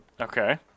Okay